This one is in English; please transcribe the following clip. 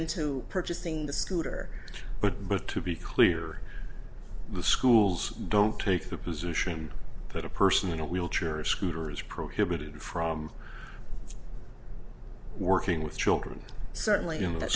into purchasing the scooter but but to be clear the schools don't take the position that a person in a wheelchair or scooter is prohibited from working with children certainly in the